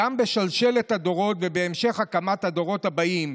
בשלשלת הדורות ובהמשך הקמת הדורות הבאים,